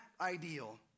ideal